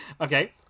Okay